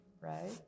Right